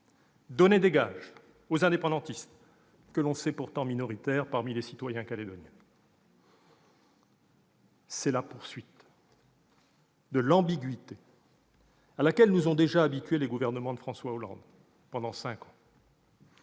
donner des gages aux indépendantistes, que l'on sait pourtant minoritaires parmi les citoyens calédoniens. C'est la poursuite de l'ambiguïté à laquelle nous ont déjà habitués les gouvernements de François Hollande pendant cinq ans.